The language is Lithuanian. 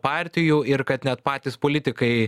partijų ir kad net patys politikai